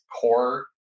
core